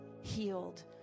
healed